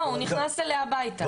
לא, הוא נכנס אליה הביתה.